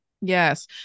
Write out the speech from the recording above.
Yes